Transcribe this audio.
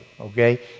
okay